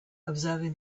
observing